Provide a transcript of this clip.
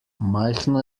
majhno